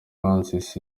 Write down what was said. francis